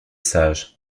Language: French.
sage